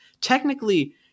technically